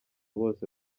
bose